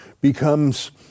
becomes